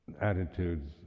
attitudes